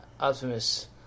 Optimus